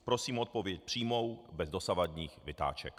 Prosím o odpověď přímou, bez dosavadních vytáček.